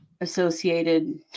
associated